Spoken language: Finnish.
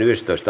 asia